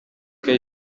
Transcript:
que